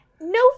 No